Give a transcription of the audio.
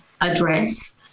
address